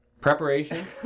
preparation